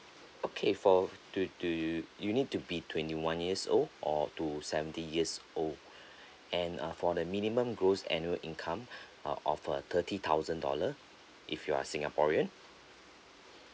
okay for do do you need to be twenty one years old or to seventy years old and uh for the minimum gross annual income uh of a thirty thousand dollar if you are singaporean